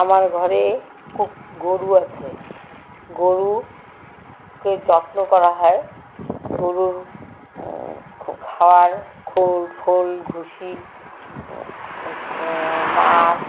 আমার ঘরে গরু আছে গরুকে যত্ন করা হয় গরুর খাওয়ার খোল ভুসি মাড়